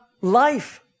life